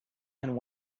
and